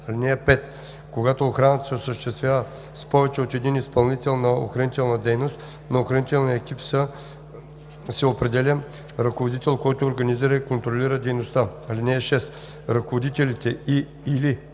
(5) Когато охраната се осъществява с повече от един изпълнител на охранителна дейност, на охранителния екип се определя ръководител, който организира и контролира дейността. (6) Ръководителите и/или